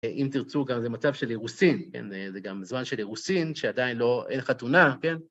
אם תרצו, גם זה מצב של אירוסין, כן? זה גם זמן של אירוסין שעדיין לא, אין חתונה, כן?